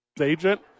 Agent